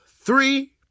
three